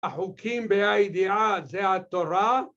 ‫החוקים בה' הידיעה זה התורה.